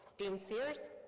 dean sears.